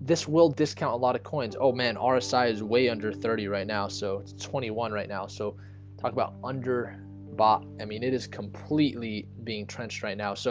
this will discount a lot of coins. oh man ah rsi is way under thirty right now, so it's twenty one right now so talk about under bah. i mean it is completely being trenched right now, so